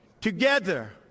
Together